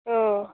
औ